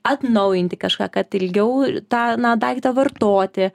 atnaujinti kažką kad ilgiau tą na daiktą vartoti